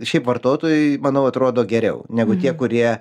šiaip vartotojui manau atrodo geriau negu tie kurie